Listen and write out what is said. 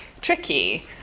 tricky